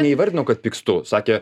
neįvardino kad pykstu sakė